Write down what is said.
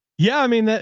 yeah. i mean,